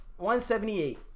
178